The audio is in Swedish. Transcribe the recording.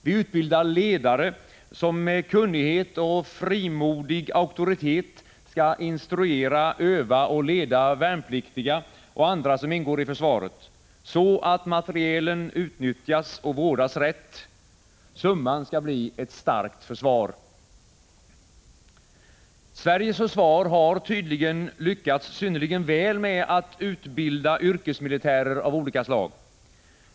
Vi utbildar ledare, som med kunnighet och frimodig auktoritet skall instruera, öva och leda värnpliktiga — och andra som ingår i försvaret — så att materielen utnyttjas och vårdas rätt. Summan skall bli ett starkt försvar. Sveriges försvar har tydligen lyckats synnerligen väl med att utbilda yrkesmilitärer av olika slag.